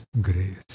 grace